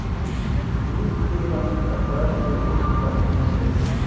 jute के बनल कपड़ा के लोग पहिने ले